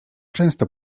często